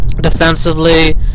defensively